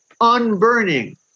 unburning